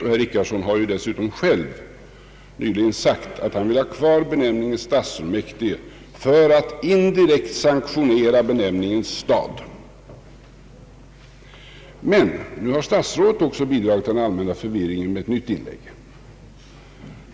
Herr Richardson har dessutom själv sagt att han vill ha kvar benämningen stadsfullmäktige för att indirekt sanktionera benämningen stad. Nu har statsrådet också bidragit till den allmänna förvirringen med ett nytt inlägg.